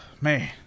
Man